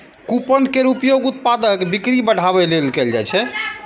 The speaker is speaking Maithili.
कूपन केर उपयोग उत्पादक बिक्री बढ़ाबै लेल कैल जाइ छै